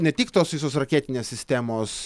ne tik tos visos raketinės sistemos